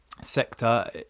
sector